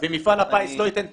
אם מפעל הפיס לא ייתן תקציב,